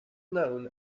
known